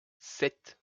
sept